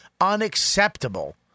unacceptable